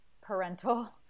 parental